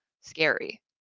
scary